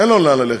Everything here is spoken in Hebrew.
אין לו לאן ללכת.